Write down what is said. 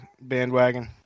bandwagon